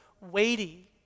weighty